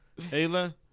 Ayla